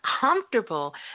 comfortable